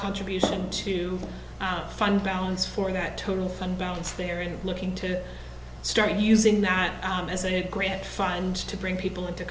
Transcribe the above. contribution to find balance for that total fund balance there in looking to start using that as a grant find to bring people into